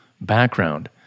background